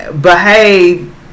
behave